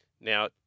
Now